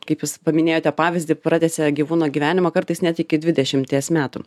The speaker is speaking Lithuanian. kaip jūs paminėjote pavyzdį pratęsia gyvūno gyvenimą kartais net iki dvidešimties metų